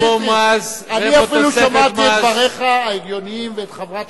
אני אפילו שמעתי את דבריך ההגיוניים ואת חברת